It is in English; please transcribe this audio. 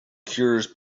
cures